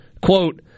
Quote